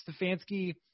Stefanski